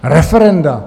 Referenda?